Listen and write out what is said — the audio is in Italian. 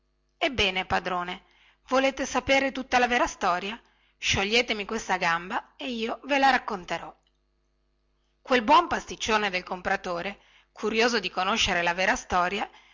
ebbene padrone volete sapere tutta la vera storia scioglietemi questa gamba e io ve la racconterò quel buon pasticcione del compratore curioso di conoscere la vera storia